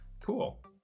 Cool